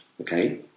okay